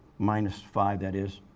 minus five that is.